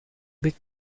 bit